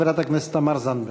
חברת הכנסת תמר זנדברג.